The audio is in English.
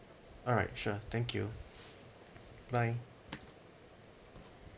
alright sure thank you bye